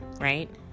right